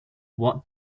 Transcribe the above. what